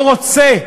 לא רוצה,